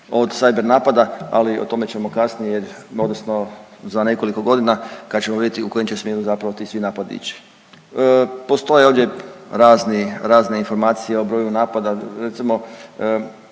od cyber napada, ali o tome ćemo kasnije jer, odnosno za nekoliko godina kada ćemo vidjeti u kojem će smjeru zapravo ti svi napadi ići. Postoje ovdje razni, razne informacije o broju napada. Recimo